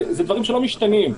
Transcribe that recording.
זה דברים שלא משתנים.